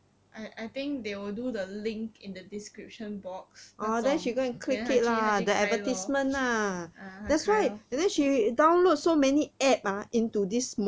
I I think they will do the link in the description box 那种 then 她去她去开 lor ah 她开 lor